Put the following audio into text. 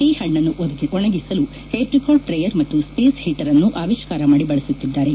ಈ ಹಣ್ಣನ್ನು ಒಣಗಿಸಲು ಎಪ್ರಿಕಾಟ್ ಡ್ರೈಯರ್ ಮತ್ತು ಸ್ವೇಸ್ ಹೀಟರನ್ನು ಅವಿಷ್ಕಾರ ಮಾದಿ ಬಳಸುತ್ತಿದ್ದಾರೆ